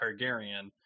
Targaryen